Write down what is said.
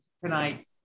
tonight